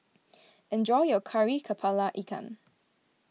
enjoy your Kari Kepala Ikan